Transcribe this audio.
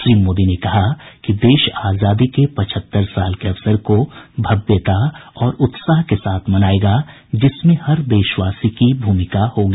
श्री मोदी ने कहा कि देश आजादी के पचहत्तर साल के अवसर को भव्यता और उत्साह के साथ मनाएगा जिसमें हर देशवासी की भूमिका होगी